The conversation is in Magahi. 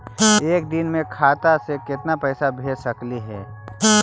एक दिन में खाता से केतना पैसा भेज सकली हे?